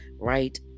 right